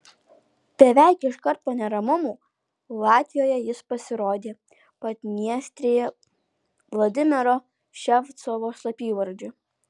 beveik iškart po neramumų latvijoje jis pasirodė padniestrėje vladimiro ševcovo slapyvardžiu